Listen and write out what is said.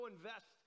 invest